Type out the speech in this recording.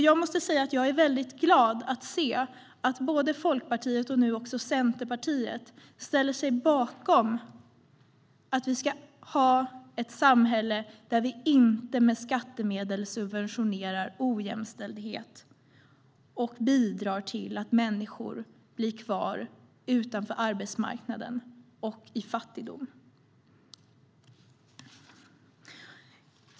Jag är väldigt glad att se att Folkpartiet och nu också Centerpartiet ställer sig bakom att vi ska ha ett samhälle där vi inte med skattemedel subventionerar ojämställdhet och bidrar till att människor blir kvar utanför arbetsmarknaden och i fattigdom.